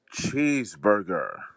cheeseburger